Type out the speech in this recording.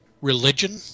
religion